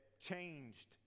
changed